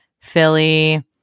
Philly